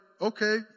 okay